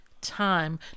time